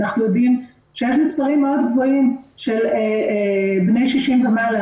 אנחנו יודעם שיש מספרים מאוד גבוהים של בני 60 ומעלה,